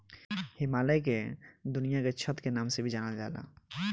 हिमालय के दुनिया के छत के नाम से भी जानल जाला